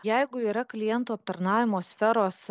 jeigu yra klientų aptarnavimo sferos